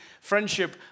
friendship